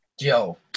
Yo